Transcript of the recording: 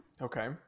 Okay